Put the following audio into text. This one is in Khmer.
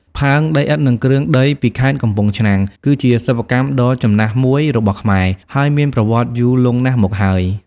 ផើងដីឥដ្ឋ និងគ្រឿងដីពីខេត្តកំពង់ឆ្នាំង គឺជាសិប្បកម្មដ៏ចំណាស់មួយរបស់ខ្មែរ ហើយមានប្រវត្តិយូរលង់ណាស់មកហើយ។